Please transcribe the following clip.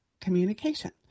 communication